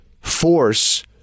force